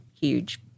huge